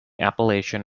appalachian